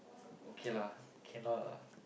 okay lah cannot lah